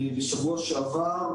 בשבוע שעבר,